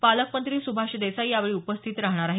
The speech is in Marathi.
पालकमंत्री सुभाष देसाई यावेळी उपस्थित राहणार आहेत